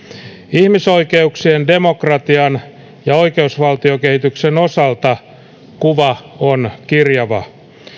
ihmisoikeuksien demokratian ja oikeusvaltiokehityksen osalta kuva on kirjava